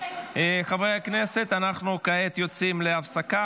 חברי הכנסת, אנחנו כעת אנחנו יוצאים להפסקה.